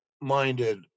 minded